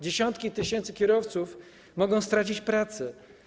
Dziesiątki tysięcy kierowców mogą stracić pracę.